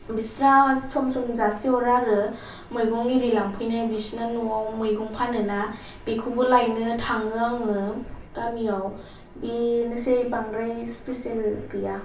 बिस्रा सम सम जासि हरो आरो मैगं इरि लांफैनो बिसिना न'आव मैगं फानोना बेखौबो लायनो थाङो आङो गामियाव बेनोसै बांद्राय स्पिचेल गैया